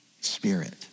Spirit